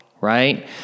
right